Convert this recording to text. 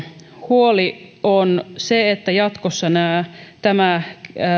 huoli on se että jatkossa tämä